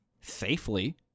safely